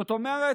זאת אומרת,